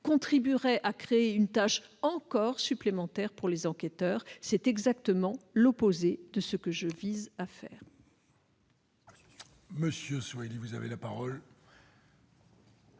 contribuerait à créer encore une tâche supplémentaire pour les enquêteurs. C'est exactement l'opposé de ce que je vise. La